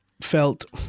felt